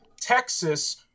Texas